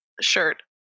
shirt